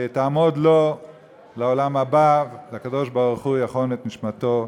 תעמוד לו לעולם הבא והקדוש-ברוך-הוא יחון את נשמתו.